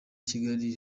kigali